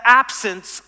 absence